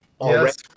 Yes